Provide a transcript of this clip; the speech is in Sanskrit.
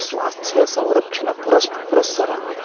स्वास्थ्यसंरक्षणं पुर पुरस्सरम्